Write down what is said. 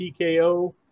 TKO